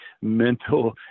mental